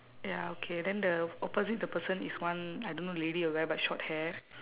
ya okay then the opposite the person is one I don't know lady or guy but short hair